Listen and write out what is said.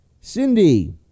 Cindy